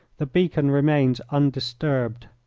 the beacon remains undisturbed.